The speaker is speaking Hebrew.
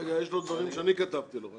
רגע, יש לו דברים שאני כתבתי לו.